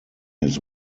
his